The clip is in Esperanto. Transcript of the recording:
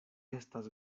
estas